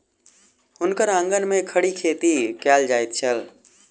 हुनकर आंगन में खड़ी खेती कएल जाइत छल